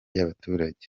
y’abaturage